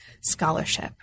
scholarship